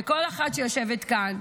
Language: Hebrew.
ושל כל אחת שיושבת כאן,